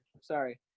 Sorry